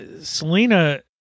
Selena